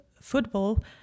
football